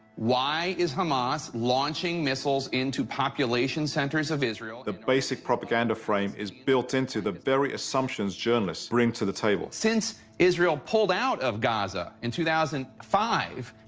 why is hamas launching missiles into population centers of israel? the basic propaganda frame is built into the very assumptions journalists bring to the table. since israel pulled out of gaza in two thousand and five,